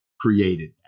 created